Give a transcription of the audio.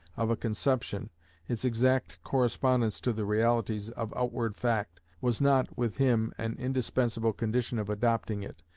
of a conception its exact correspondence to the realities of outward fact was not, with him, an indispensable condition of adopting it,